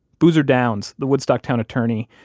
boozer downs, the woodstock town attorney,